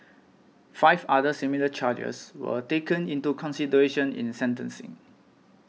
five other similar charges were taken into consideration in sentencing